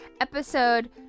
episode